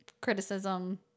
criticism